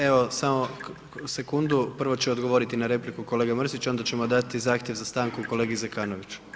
Evo, samo sekundu prvo će odgovoriti na repliku kolega Mrsić onda ćemo dati zahtjev za stanku kolegi Zekanoviću.